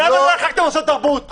למה לא החרגת מוסד תרבות?